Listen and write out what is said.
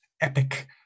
epic